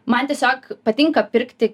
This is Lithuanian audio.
man tiesiog patinka pirkti